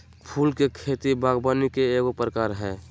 फूल के खेती बागवानी के एगो प्रकार हइ